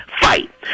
fight